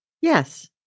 Yes